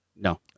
No